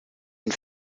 une